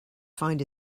find